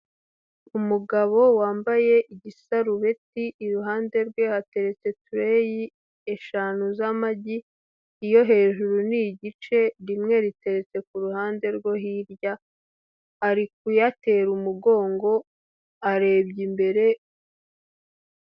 Umugabo wambaye igisarureti, iruhande rwe hateretse tureyi eshanu z'amagi, iyo hejuru ni igice rimwe riteretse ku ruhande rwo hirya, ari kuyatera umugongo arebye imbere.